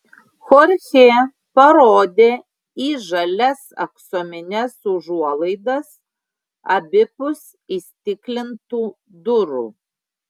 chorchė parodė į žalias aksomines užuolaidas abipus įstiklintų durų